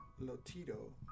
Lotito